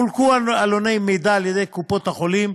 חולקו עלוני מידע על-ידי קופות-החולים,